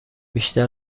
بیشتر